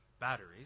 batteries